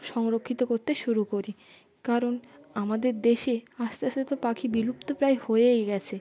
সংরক্ষিত করতে শুরু করি কারণ আমাদের দেশে আস্তে আস্তে তো পাখি বিলুপ্তপ্রায় হয়েই গেছে